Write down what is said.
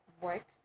work